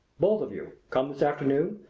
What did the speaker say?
both of you? come this afternoon!